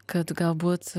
kad galbūt